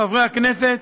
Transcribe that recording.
חברי הכנסת,